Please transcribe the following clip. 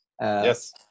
Yes